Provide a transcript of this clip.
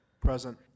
Present